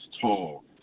tall